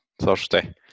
Thursday